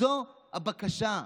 זו הבקשה.